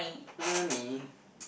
money